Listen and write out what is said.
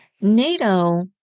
nato